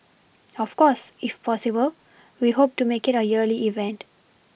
of course if possible we hope to make it a yearly event